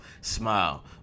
smile